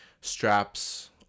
straps